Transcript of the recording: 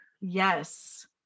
Yes